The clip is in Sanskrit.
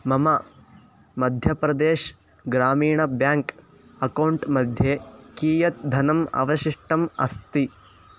मम मध्यप्रदेश् ग्रामीण बेङ्क् अकौण्ट् मध्ये कियत् धनम् अवशिष्टम् अस्ति